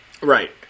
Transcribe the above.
Right